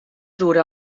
dura